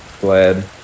glad